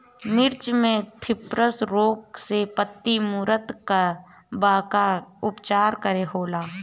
मिर्च मे थ्रिप्स रोग से पत्ती मूरत बा का उपचार होला?